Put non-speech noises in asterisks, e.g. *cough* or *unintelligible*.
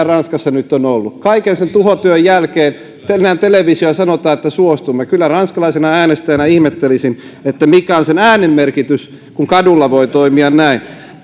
*unintelligible* ranskassa on vaadittu kaiken sen tuhotyön jälkeen mennään televisioon ja sanotaan suostumme kyllä ranskalaisena äänestäjänä ihmettelisin mikä on sen äänen merkitys kun kadulla voi toimia näin